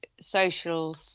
social